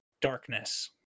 darkness